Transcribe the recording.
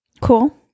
Cool